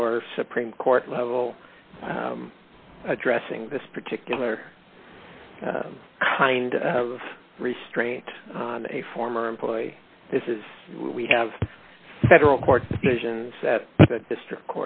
or supreme court level addressing this particular kind of restraint on a former employee this is we have a federal court decisions at district